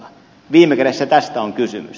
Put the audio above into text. viime kädessä tästä on kysymys